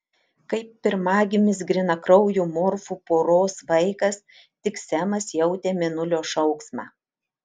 kaip pirmagimis grynakraujų morfų poros vaikas tik semas jautė mėnulio šauksmą